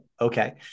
Okay